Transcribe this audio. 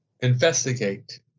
Investigate